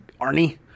Arnie